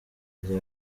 rya